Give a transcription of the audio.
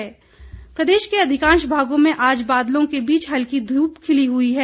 मौसम प्रदेश के अधिकांश भागों में आज बादलों के बीच हल्की धूप खिली हुई है